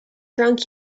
drunk